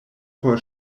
por